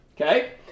Okay